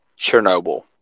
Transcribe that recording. Chernobyl